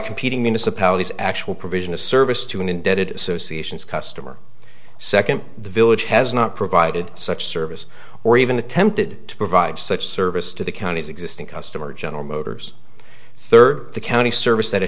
competing municipalities actual provision of service to an indebted associations customer second the village has not provided such service or even attempted to provide such service to the county's existing customer general motors third the county service that it